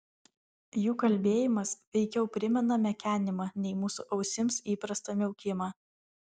jų kalbėjimas veikiau primena mekenimą nei mūsų ausims įprastą miaukimą